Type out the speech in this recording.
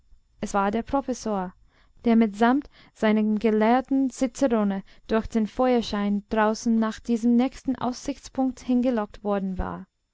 es war der professor der mit samt seinem gelehrten cicerone durch den feuerschein draußen nach diesem nächsten aussichtspunkt hingelockt worden war